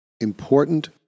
important